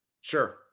Sure